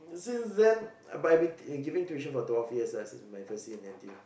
since then but I've been giving tuition for twelve years lah since my first year in N_T_U